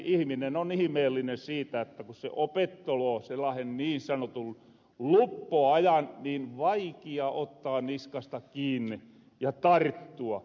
ihminen on ihmeellinen siitä että kun se opetteloo sellaahen niin sanotun luppoajan niin vaikia ottaa niskasta kiinni ja tarttua